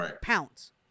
pounce